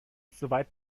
soweit